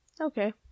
okay